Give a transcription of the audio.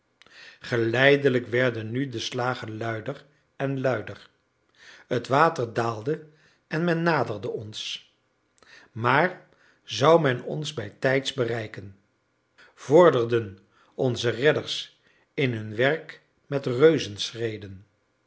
geleidelijk werden nu de slagen luider en luider het water daalde en men naderde ons maar zou men ons bijtijds bereiken vorderden onze redders in hun werk met